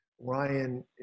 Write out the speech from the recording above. Ryan